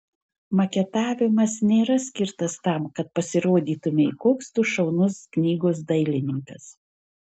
maketavimas nėra skirtas tam kad pasirodytumei koks tu šaunus knygos dailininkas